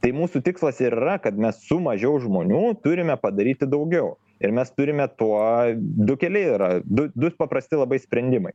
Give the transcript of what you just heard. tai mūsų tikslas ir yra kad mes su mažiau žmonių turime padaryti daugiau ir mes turime tuo du keliai yra du du du paprasti labai sprendimai